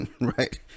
right